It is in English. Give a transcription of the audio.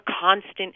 constant